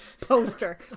Poster